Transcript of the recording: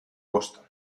boston